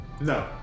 No